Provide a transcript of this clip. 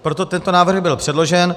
Proto tento návrh byl předložen.